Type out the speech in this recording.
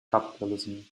capitalism